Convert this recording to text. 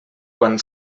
quan